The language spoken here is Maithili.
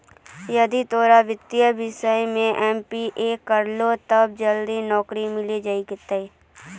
यदि तोय वित्तीय विषय मे एम.बी.ए करभो तब जल्दी नैकरी मिल जाहो